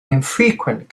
infrequent